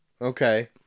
Okay